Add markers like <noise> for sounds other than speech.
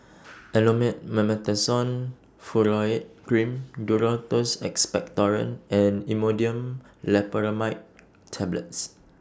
<noise> Elomet Mometasone Furoate Cream Duro Tuss Expectorant and Imodium Loperamide Tablets